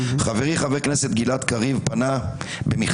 חברי חבר הכנסת גלעד קריב פנה במכתב